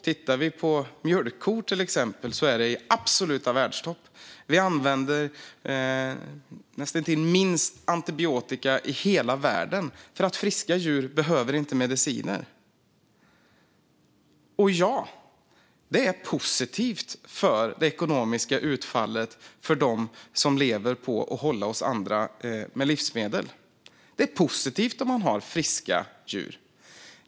Tittar vi på mjölkkor, till exempel, ser vi att den är i absolut världstopp. Vi använder näst intill minst antibiotika i hela världen, för friska djur behöver inte mediciner. Och ja, det är positivt för det ekonomiska utfallet för dem som lever på att hålla oss andra med livsmedel. Det är positivt om man har friska djur.